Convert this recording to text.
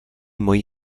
moji